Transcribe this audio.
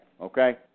okay